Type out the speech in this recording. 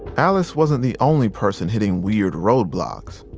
alice wasn't the only person hitting weird roadblocks.